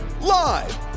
Live